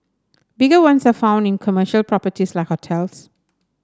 bigger ones are found in commercial properties like hotels